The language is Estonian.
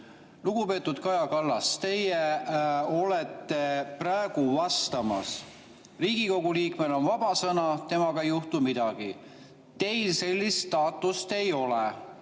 tõsine. Lugupeetud Kaja Kallas, teie olete praegu vastamas. Riigikogu liikmel on vaba sõna, temaga ei juhtu midagi. Teil sellist staatust ei ole.